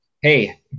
hey